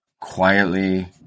quietly